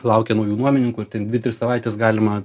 laukia naujų nuomininkų dvi tris savaites galima